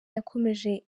yakomeje